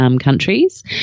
countries